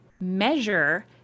measure